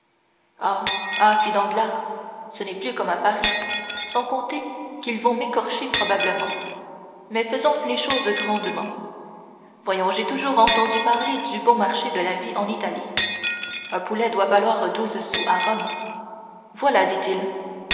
ah fit danglars ce n'est plus comme à paris sans compter qu'ils vont m'écorcher probablement mais faisons les choses grandement voyons j'ai toujours entendu parler du bon marché de la vie en italie un poulet doit valoir douze sous à rome voilà dit-il